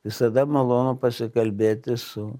visada malonu pasikalbėti su